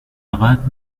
abad